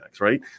Right